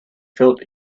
felt